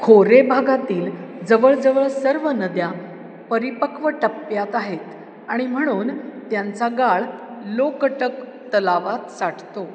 खोरे भागातील जवळजवळ सर्व नद्या परिपक्व टप्यात आहेत आणि म्हणून त्यांचा गाळ लोकटक तलावात साठतो